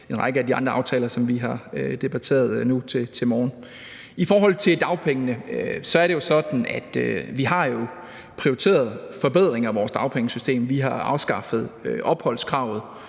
en række af de andre aftaler, som vi har debatteret nu til morgen. I forhold til dagpengene er det sådan, at vi jo har prioriteret forbedringer af vores dagpengesystem. Vi har sammen med SF afskaffet opholdskravet;